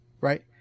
right